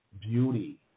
Beauty